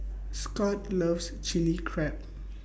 Scot loves Chili Crab